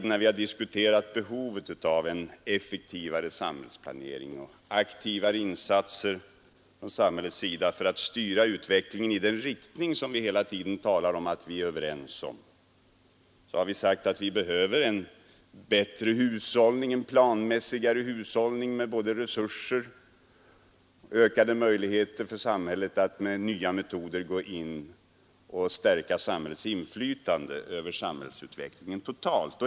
När vi har diskuterat behovet av effektivare samhällsplanering och aktivare insatser från samhällets sida för att styra utvecklingen i den riktning som vi hela tiden är överens om, så har vi sagt att vi behöver en bättre och planmässigare hushållning med både resurser och ökade möjligheter för samhället att med nya metoder stärka samhällets inflytande över samhällsutvecklingen totalt.